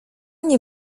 nie